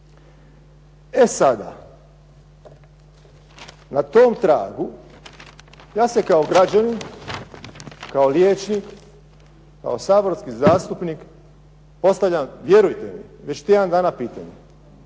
E sada, na tom tragu ja se kao građanin, kao liječnik, kao saborski zastupnik, postavljam, već tjedan dana pitanje,